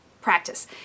practice